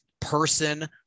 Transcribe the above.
person